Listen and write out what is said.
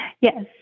Yes